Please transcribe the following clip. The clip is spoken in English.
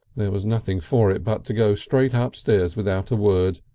there was nothing for it but to go straight ah upstairs without a word,